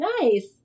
Nice